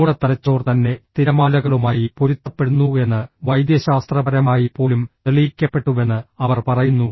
നമ്മുടെ തലച്ചോർ തന്നെ തിരമാലകളുമായി പൊരുത്തപ്പെടുന്നുവെന്ന് വൈദ്യശാസ്ത്രപരമായി പോലും തെളിയിക്കപ്പെട്ടുവെന്ന് അവർ പറയുന്നു